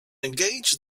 engaged